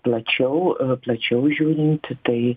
plačiau plačiau žiūrint tai